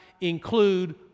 include